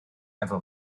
efo